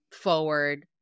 forward